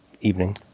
evening